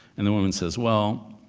and the woman says, well,